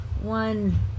one